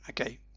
Okay